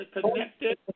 connected